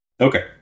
Okay